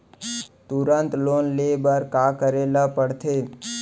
तुरंत लोन ले बर का करे ला पढ़थे?